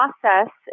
process